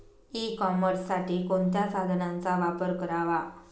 E कॉमर्ससाठी कोणत्या साधनांचा वापर करावा?